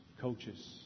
coaches